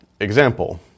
example